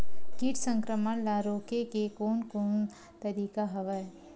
कीट संक्रमण ल रोके के कोन कोन तरीका हवय?